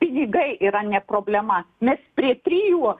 pinigai yra ne problema nes prie trijų